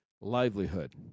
livelihood